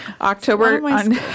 October